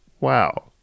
Wow